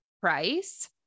price